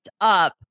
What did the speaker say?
up